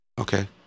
Okay